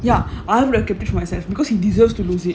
ya I would have kept it myself because he deserves to lose it